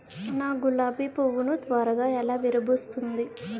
నా గులాబి పువ్వు ను త్వరగా ఎలా విరభుస్తుంది?